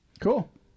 Cool